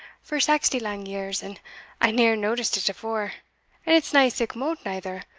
for saxty lang years, and i neer noticed it afore and it's nae sic mote neither,